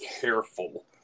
careful